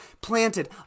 planted